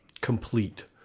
Complete